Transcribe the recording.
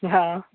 हँ